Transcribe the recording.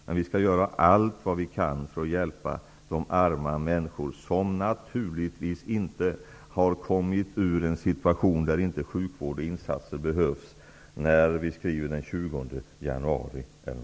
Men vi skall göra allt vad vi kan för att hjälpa de arma människor som naturligtvis ännu den 20 januari befinner sig i en situation där det behövs sjukvård.